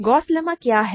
Gauss lemma क्या है